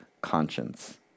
conscience